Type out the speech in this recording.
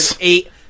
eight